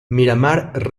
miramar